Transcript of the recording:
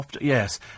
Yes